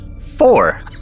Four